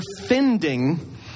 defending